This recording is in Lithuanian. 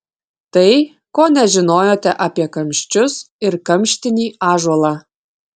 tai ko nežinojote apie kamščius ir kamštinį ąžuolą